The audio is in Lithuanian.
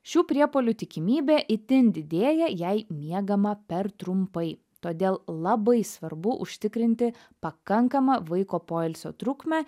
šių priepuolių tikimybė itin didėja jei miegama per trumpai todėl labai svarbu užtikrinti pakankamą vaiko poilsio trukmę